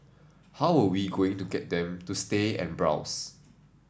how we going to get them to stay and browse